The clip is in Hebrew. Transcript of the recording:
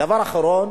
דבר אחרון.